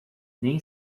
nem